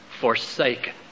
forsaken